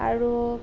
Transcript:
আৰু